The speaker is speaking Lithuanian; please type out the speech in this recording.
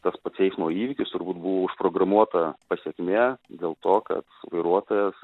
tas pats eismo įvykis turbūt buvo užprogramuota pasekmė dėl to kad vairuotojas